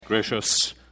Gracious